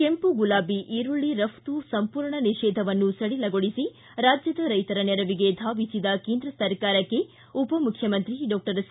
ಕೆಂಪು ಗುಲಾಬಿ ಈರುಳ್ಳಿ ರಪ್ತು ಸಂಪೂರ್ಣ ನಿಷೇಧವನ್ನು ಸಡಿಲಗೊಳಿಸಿ ರಾಜ್ಯದ ರೈತರ ನೆರವಿಗೆ ಧಾವಿಸಿದ ಕೇಂದ್ರ ಸರ್ಕಾರಕ್ಕೆ ಉಪಮುಖ್ಯಮಂತ್ರಿ ಡಾಕ್ಟರ್ ಸಿ